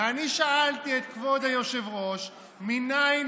ואני שאלתי את כבוד היושב-ראש מניין